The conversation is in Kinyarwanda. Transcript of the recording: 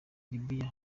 libye